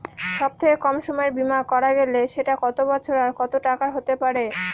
সব থেকে কম সময়ের বীমা করা গেলে সেটা কত বছর আর কত টাকার হতে পারে?